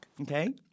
Okay